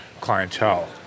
clientele